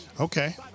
Okay